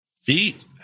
Feet